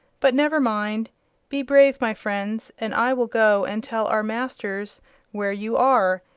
but never mind be brave, my friends, and i will go and tell our masters where you are,